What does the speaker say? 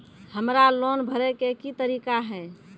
हमरा लोन भरे के की तरीका है?